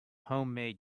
homemade